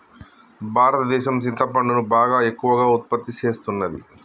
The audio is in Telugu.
భారతదేసం సింతపండును బాగా ఎక్కువగా ఉత్పత్తి సేస్తున్నది